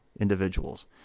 individuals